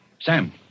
Sam